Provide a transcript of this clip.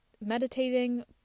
meditating